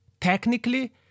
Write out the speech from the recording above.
technically